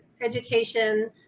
education